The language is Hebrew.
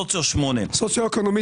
עם הסוציו אקונומי 8. סוציו אקונומי,